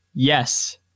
Yes